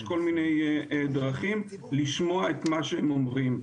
כל מיני דרכים לשמוע את מה שהם אומרים.